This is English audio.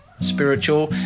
spiritual